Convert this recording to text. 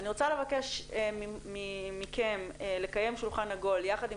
אני רוצה לבקש מכם לקיים שולחן עגול יחד עם